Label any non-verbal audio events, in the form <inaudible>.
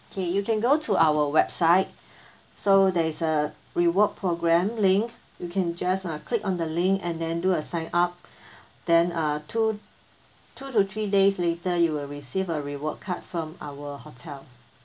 okay you can go to our website <breath> so there is a rewards program link you can just uh click on the link and then do a sign up <breath> then uh two two to three days later you will receive a reward card from our hotel